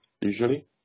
usually